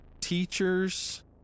teachers